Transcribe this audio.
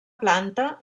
planta